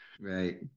Right